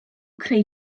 creu